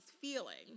feeling